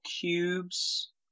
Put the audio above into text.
cubes